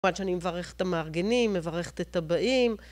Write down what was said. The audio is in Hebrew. ... שאני מברכת את המארגנים, מברכת את הבאים.